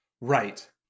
Right